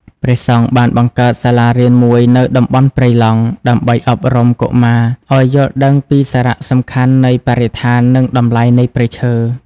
ព្រះអង្គបានបង្កើតសាលារៀនមួយនៅតំបន់ព្រៃឡង់ ដើម្បីអប់រំកុមារឱ្យយល់ដឹងពីសារៈសំខាន់នៃបរិស្ថាន និងតម្លៃនៃព្រៃឈើ។